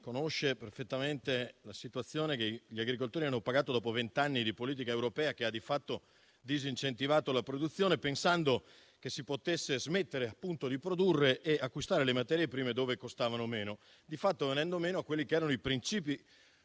conosce perfettamente la situazione degli agricoltori che hanno pagato vent'anni di politica europea che ha di fatto disincentivato la produzione, pensando che si potesse smettere di produrre e acquistare le materie prime dove costavano meno, di fatto venendo meno ai principi